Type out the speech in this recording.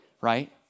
right